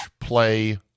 play